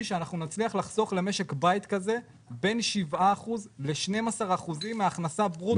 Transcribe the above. נצליח לחסוך למשק בית כזה בין 7% ל-12% מההכנסה ברוטו שלו.